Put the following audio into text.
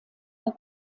der